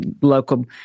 local